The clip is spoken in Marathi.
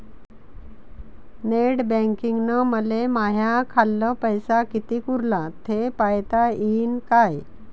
नेट बँकिंगनं मले माह्या खाल्ल पैसा कितीक उरला थे पायता यीन काय?